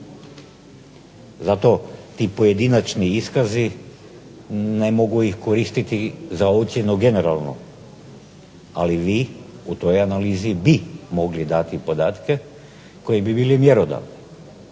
Zato ti pojedinačni iskazi ne mogu ih koristiti za ocjenu generalno, ali vi u toj analizi bi mogli dati podatke koji bi bili mjerodavni.